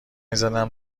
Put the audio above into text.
زدم